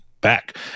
back